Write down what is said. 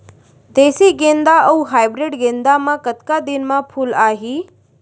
देसी गेंदा अऊ हाइब्रिड गेंदा म कतका दिन म फूल आही?